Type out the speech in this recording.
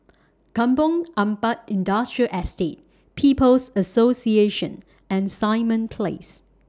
Kampong Ampat Industrial Estate People's Association and Simon Place